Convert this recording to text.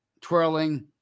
twirling